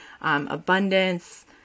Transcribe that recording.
abundance